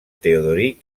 teodoric